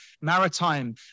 maritime